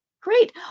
Great